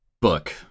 book